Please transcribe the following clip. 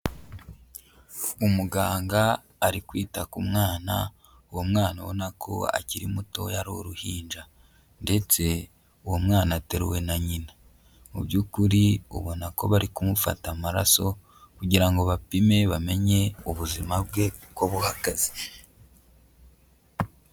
Umuganga ari kwita ku mwana, uwo mwana ubona ko akiri muto ari uruhinja ndetse uwo mwana ateruwe na nyina. Mu by'ukuri ubona ko bari kumufata amaraso kugira ngo bapime bamenye ubuzima bwe uko buhagaze.